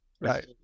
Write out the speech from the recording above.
Right